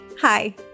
hi